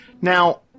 Now